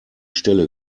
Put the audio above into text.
stelle